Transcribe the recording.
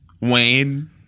Wayne